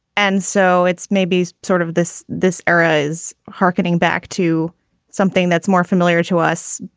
and so it's maybe sort of this this era is harkening back to something that's more familiar to us.